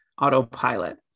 autopilot